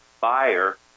buyer